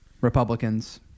Republicans